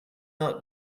arts